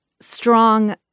strong